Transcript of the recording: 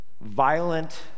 violent